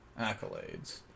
Accolades